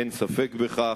אין ספק בכך.